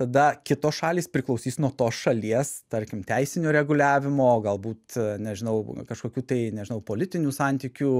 tada kitos šalys priklausys nuo tos šalies tarkim teisinio reguliavimo galbūt nežinau kažkokių tai nežinau politinių santykių